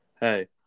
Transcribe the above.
hey